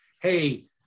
Hey